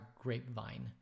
grapevine